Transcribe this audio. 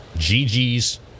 Gigi's